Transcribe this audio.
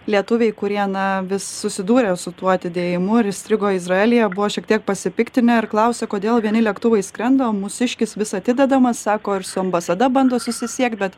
lietuviai kurie na vis susidūrė su tuo atidėjimu ir įstrigo izraelyje buvo šiek tiek pasipiktinę ir klausė kodėl vieni lėktuvai skrenda o mūsiškis vis atidedamas sako ir su ambasada bando susisiekt bet